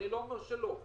אני לא אומר שלא.